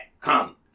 Come